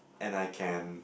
and I can